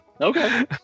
okay